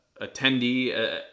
attendee